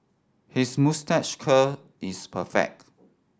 his moustache curl is perfect